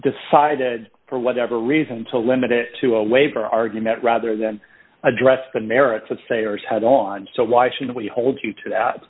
decided for whatever reason to limit it to a waiver argument rather than address the merits of the sailors head on so why should we hold you to that